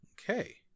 Okay